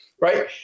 right